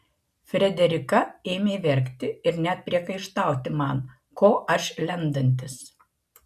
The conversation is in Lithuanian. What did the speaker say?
frederika ėmė verkti ir net priekaištauti man ko aš lendantis